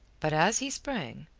but as he sprang,